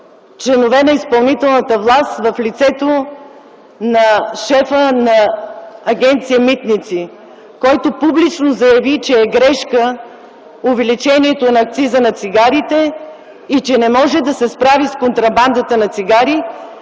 членове на изпълнителната власт в лицето на шефа на Агенция „Митници”. Той публично заяви, че е грешка увеличението на акциза на цигарите и че не може да се справи с контрабандата на цигари,